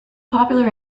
popular